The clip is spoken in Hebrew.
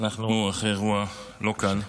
אנחנו אחרי אירוע לא קל.